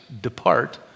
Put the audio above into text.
depart